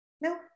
No